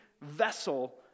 vessel